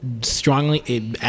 strongly